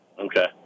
Okay